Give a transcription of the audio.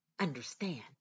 understand